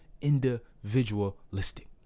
individualistic